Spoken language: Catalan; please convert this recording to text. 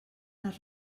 les